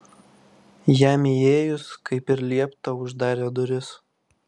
jam įėjus kaip ir liepta uždarė duris